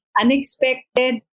unexpected